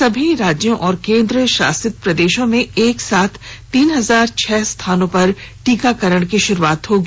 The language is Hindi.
सभी राज्यों और केंद्रशासित प्रदेशों में एकसाथ तीन हजार छह स्था नो पर टीकाकरण की शुरूआत होगी